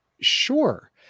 sure